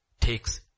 takes